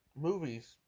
movies